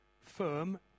firm